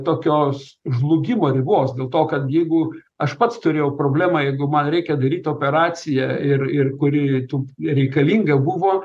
tokios žlugimo ribos dėl to kad jeigu aš pats turėjau problemą jeigu man reikia daryt operaciją ir ir kuri tų reikalinga buvo